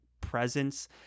presence